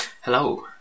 Hello